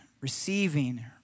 receiving